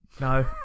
No